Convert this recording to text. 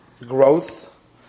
growth